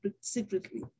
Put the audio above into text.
secretly